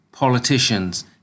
politicians